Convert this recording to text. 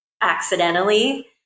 accidentally